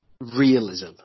realism